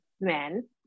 men